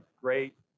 great